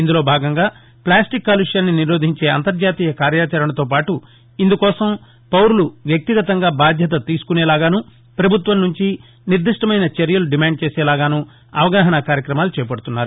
ఇందులో భాగంగా ఫ్లాస్టిక్ కాలుష్యాన్ని నిరోధించే అంతర్జాతీయ కార్యాచరణతోపాటు ఇందుకోసం పౌరులు వ్యక్తిగతంగా బాధ్యత తీసుకునేలాగాను ప్రభుత్వంనుంచి నిర్దిష్టమైన చర్యలు డిమాండ్ చేసేలాగానూ అవగాహనా కార్యక్రమాలు చేపడుతున్నారు